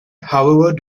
however